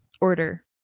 order